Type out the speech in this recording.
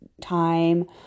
time